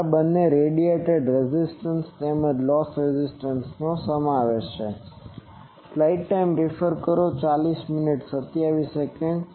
તેથી આ R બંને રેડિયેશન રેઝિસ્ટન્સ તેમજ લોસ રેઝિસ્ટન્સ નો સમાવેશ કરે છે